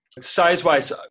Size-wise